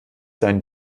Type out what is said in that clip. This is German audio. sein